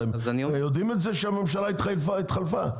אתם יודעים שהממשלה התחלפה.